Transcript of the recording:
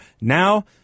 Now